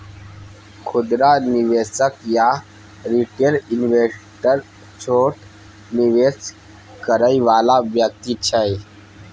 खुदरा निवेशक या रिटेल इन्वेस्टर छोट निवेश करइ वाला व्यक्ति छै